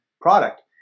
product